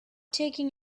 taking